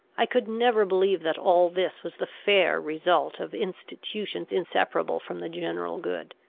i could never believe that all this was the fair result of institutions inseparable from the general good.